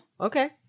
Okay